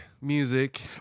music